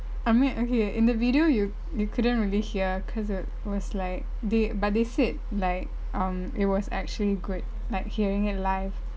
I mean okay in the video you you couldn't really hear cause it was like they but they said like um it was actually good like hearing it live